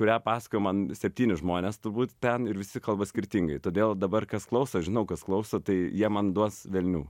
kurią pasakojo man septynis žmones turbūt ten ir visi kalba skirtingai todėl dabar kas klauso žinau kas klauso tai jie man duos velnių